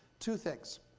two things.